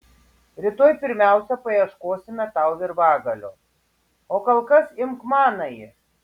rytoj pirmiausia paieškosime tau virvagalio o kol kas imk manąjį